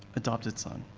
adopted son.